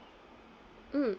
mm